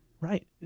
Right